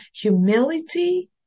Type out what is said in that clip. Humility